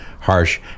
harsh